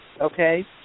okay